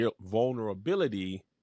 vulnerability